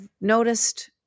noticed –